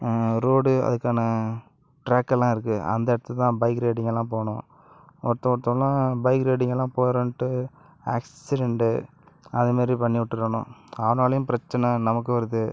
road அதுக்கான ட்ராக்கெல்லாம் இருக்குது அந்த இடத்துலதான் பைக் ரைடிங் எல்லாம் போகணும் ஒருத்தன் ஒருத்தனெலாம் பைக் ரைடிங்கெல்லாம் போகிறோன்ட்டு ஆக்சிரெண்ட்டு அதேமாதிரி பண்ணி விட்டுறானுவோ அவனாலையும் பிரச்சினை நமக்கு வருது